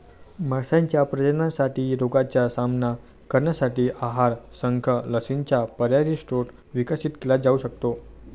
माशांच्या प्रजननासाठी रोगांचा सामना करण्यासाठी आहार, शंख, लसींचा पर्यायी स्रोत विकसित केला जाऊ शकतो